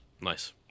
Nice